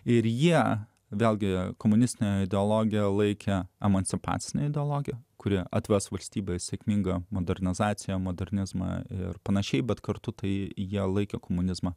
ir jie vėlgi komunistinę ideologiją laikę emancipacinė ideologija kuri atves valstybę sėkmingą modernizaciją modernizmą ir panašiai bet kartu tai jie laikė komunizmą